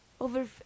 Over